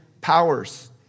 powers